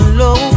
low